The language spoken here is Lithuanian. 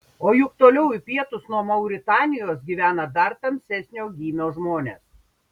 o juk toliau į pietus nuo mauritanijos gyvena dar tamsesnio gymio žmonės